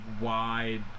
wide